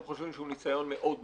הם חושבים שהוא ניסיון מאוד נכון.